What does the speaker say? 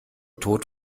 tod